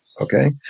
okay